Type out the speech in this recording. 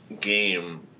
game